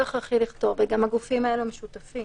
אבל השאלה מה המסר שיוצא.